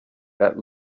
that